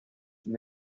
from